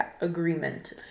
agreement